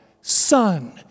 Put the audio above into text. Son